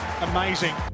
amazing